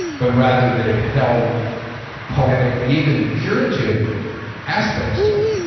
but rather that it held poetic and even curative aspects to it.